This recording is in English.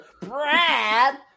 Brad